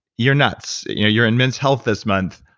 you're nuts. you know you're in men's health this month,